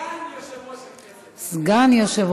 סגן יושב-ראש הכנסת.